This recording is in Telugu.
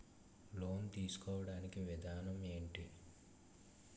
లోన్ తీసుకోడానికి విధానం ఏంటి?